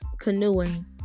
canoeing